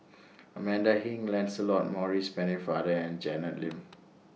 Amanda Heng Lancelot Maurice Pennefather and Janet Lim